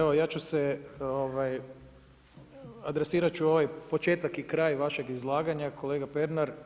Evo ja ću se adresirat ću ovaj početak i kraj vašeg izlaganja kolega Pernar.